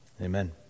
Amen